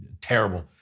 terrible